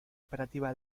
operativa